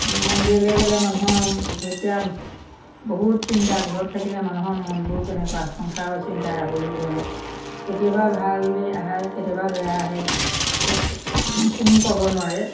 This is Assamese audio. মন্দিৰলৈ গ'লে মানুহৰ যেতিয়া বহুত চিন্তা ঘৰত থাকিলে মানুহৰ মনবোৰ কেনেকুৱা সংসাৰৰ চিন্তাই আৱৰি ধৰে কেতিয়াবা ভাল দিন আহে কেতিয়াবা বেয়া আহে কোনো ক'ব নোৱাৰে